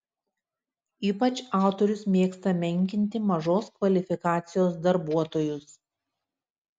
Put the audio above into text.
ypač autorius mėgsta menkinti mažos kvalifikacijos darbuotojus